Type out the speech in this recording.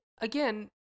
again